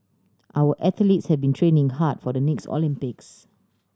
our athletes have been training hard for the next Olympics